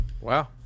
Wow